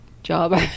job